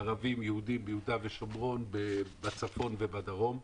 ערבים, יהודים, ביהודה ושומרון, בצפון ובדרום.